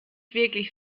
wirklich